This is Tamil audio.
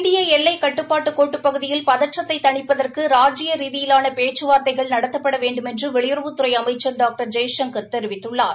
இந்திய எல்லை கட்டுப்பாட்டுக் கோட்டுப்பகுதியில் பதற்றத்தை தணிப்பதற்கு ராஜிய ரீதியிலான பேச்சுவார்த்தைகள் நடத்தப்பட வேண்டுமென்று வெளியுறவுத்துறை அமைச்சர் டாக்டர் ஜெய்சங்கள் தெரிவித்துள்ளா்